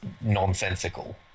nonsensical